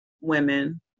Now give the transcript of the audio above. women